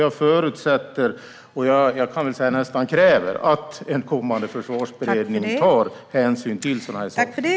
Jag förutsätter - jag kan nästan säga kräver - att en kommande försvarsberedning tar hänsyn till sådana här saker.